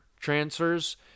transfers